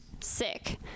Sick